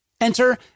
Enter